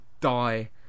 die